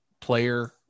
player